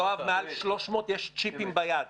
יואב, מעל 300 יש צ'יפים ביד.